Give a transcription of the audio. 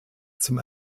zum